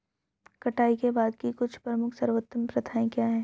कटाई के बाद की कुछ प्रमुख सर्वोत्तम प्रथाएं क्या हैं?